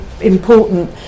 important